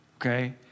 okay